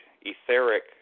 etheric